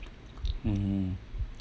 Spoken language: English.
mmhmm